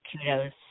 kudos